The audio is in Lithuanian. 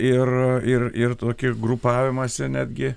ir ir ir tokį grupavimąsi netgi